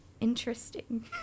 Interesting